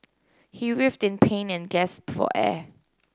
he writhed in pain and gasped for air